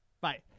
Bye